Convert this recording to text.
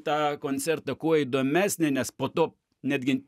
tą koncertą kuo įdomesnį nes po to netgi